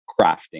crafting